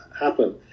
happen